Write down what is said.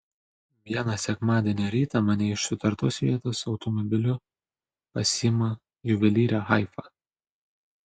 vieną sekmadienio rytą mane iš sutartos vietos automobiliu pasiima juvelyrė haifa